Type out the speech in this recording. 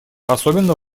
особенно